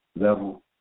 level